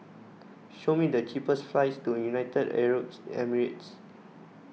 show me the cheapest flights to United Arab Emirates